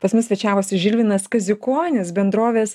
pas mus svečiavosi žilvinas kaziukonis bendrovės